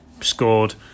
scored